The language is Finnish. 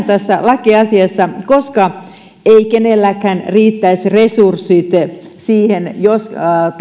tässä lakiasiassa koska eivät kenelläkään riittäisi resurssit siihen jos